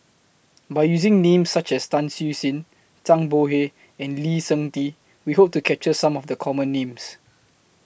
By using Names such as Tan Siew Sin Zhang Bohe and Lee Seng Tee We Hope to capture Some of The Common Names